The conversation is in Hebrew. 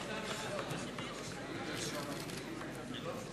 מרצ רע"ם-תע"ל חד"ש